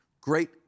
great